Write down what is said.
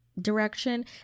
direction